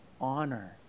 honor